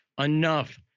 enough